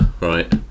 right